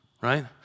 Right